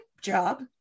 job